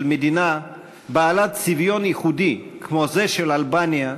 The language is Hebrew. מדינה בעלת צביון ייחודי כמו זה של אלבניה,